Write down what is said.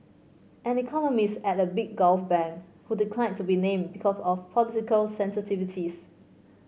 an economist at a big Gulf bank who declined to be named because of political sensitivities